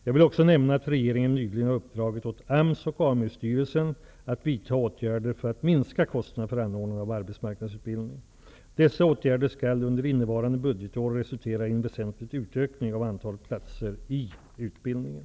Jag vill också nämna att regeringen nyligen har uppdragit åt AMS och AMU-styrelsen att vidta åtgärder för att minska kostnaderna för anordnande av arbetsmarknadsutbildning. Dessa åtgärder skall under innevarande budgetår resultera i en väsentlig utökning av antalet platser i utbildningen.